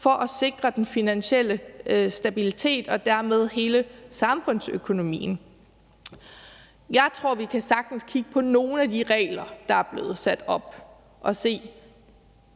for at sikre den finansielle stabilitet og dermed hele samfundsøkonomien. Kl. 20:43 Jeg tror, vi sagtens kan kigge på nogle af de regler, der er blevet sat op og se